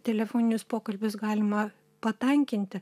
telefoninius pokalbius galima patankinti